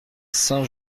saint